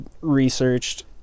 researched